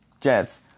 Jets